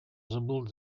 забыл